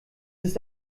ist